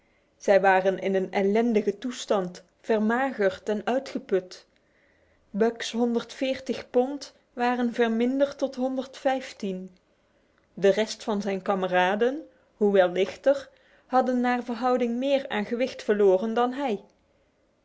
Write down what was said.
zij waren in een ellendige toestand vermagerd en uitgeput buck's honderd veertig pond waren verminderd tot honderd vijftien de rest van zijn kameraden hoewel lichter had naar verhouding meer aan gewicht verloren dan hij